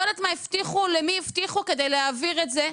לא יודעת מה הבטיחו, למי הבטיחו כדי להעביר את זה,